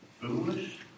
Foolish